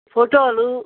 ఫొటోలు